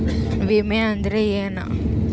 ವಿಮೆ ಅಂದ್ರೆ ಏನ?